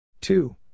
two